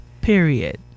period